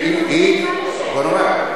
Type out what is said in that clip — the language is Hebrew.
אני בעד.